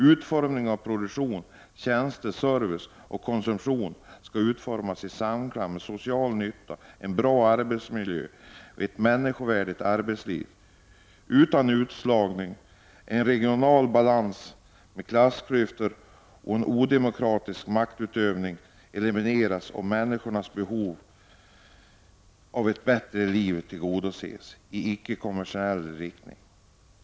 Utformning av produktion, tjänster, service och konsumtion skall ske i samklang med social nytta, en bra arbetsmiljö, ett människovärdigt arbetsliv utan utslagning, en regional balans, med att klassklyftor och odemokratisk maktutövning elimineras och med människors behov av ett liv i icke-kommersiell riktning.